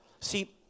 See